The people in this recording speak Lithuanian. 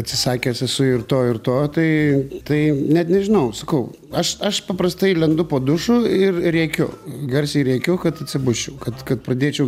atsisakęs esu ir to ir to tai tai net nežinau sakau aš aš paprastai lendu po dušu ir rėkiu garsiai rėkiu kad atsibusčiau kad kad pradėčiau